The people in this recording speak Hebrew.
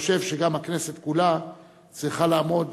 ואני חושב שגם הכנסת כולה צריכה לעמוד